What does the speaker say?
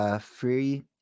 free